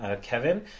Kevin